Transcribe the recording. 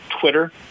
Twitter